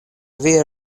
via